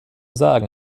sagen